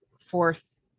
fourth